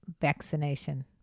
vaccination